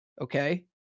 Okay